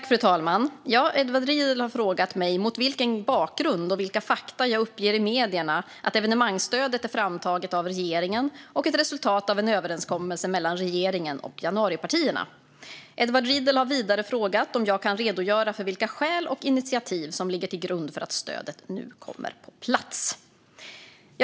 Fru talman! Edward Riedl har frågat mig mot vilken bakgrund och vilka fakta jag uppger i medierna att evenemangsstödet är framtaget av regeringen och ett resultat av en överenskommelse mellan regeringen och januaripartierna. Edward Riedl har vidare frågat om jag kan redogöra för vilka skäl och initiativ som ligger till grund för att stödet nu kommer på plats.